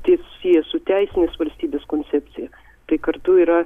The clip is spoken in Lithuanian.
tai susiję su teisinės valstybės koncepcija tai kartu yra